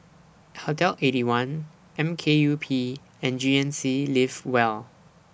Hotel Eighty One M K U P and G N C Live Well